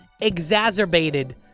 exacerbated